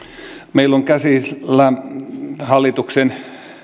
meillä on käsillä hallituksen